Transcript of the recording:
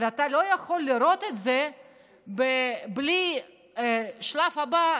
אבל אתה לא יכול לראות את זה בלי השלב הבא,